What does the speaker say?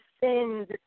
sins